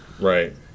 Right